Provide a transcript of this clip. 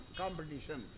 competition